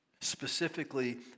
Specifically